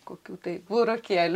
kokių tai burokėlių